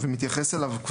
ומתייחס אליו,